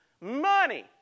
money